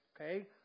Okay